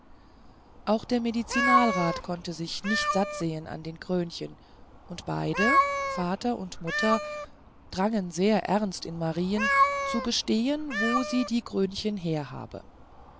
auch der medizinalrat konnte sich nicht satt sehen an den krönchen und beide vater und mutter drangen sehr ernst in marien zu gestehen wo sie die krönchen her habe